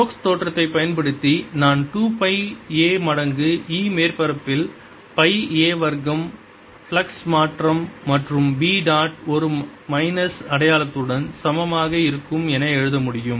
Stokes தேற்றத்தைப் பயன்படுத்தி நான் 2 பை a மடங்கு E மேற்பரப்பில் பை a வர்க்கம் ஃப்ளக்ஸ் மாற்றம் மடங்கு B டாட் ஒரு மைனஸ் அடையாளத்துடன் சமமாக இருக்கும் என எழுத முடியும்